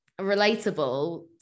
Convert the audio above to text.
relatable